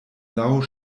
laŭ